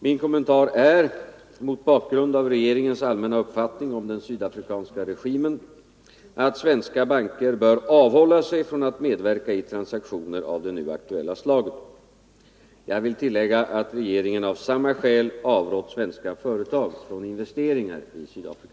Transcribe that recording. Min kommentar är — mot bakgrund av regeringens allmänna uppfattning om den sydafrikanska regimen — att svenska banker bör avhålla sig från att medverka i transaktioner av det nu aktuella slaget. Jag vill tillägga att regeringen av samma skäl avrått svenska företag från investeringar i Sydafrika.